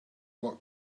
what